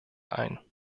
ein